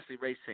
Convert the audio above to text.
Racing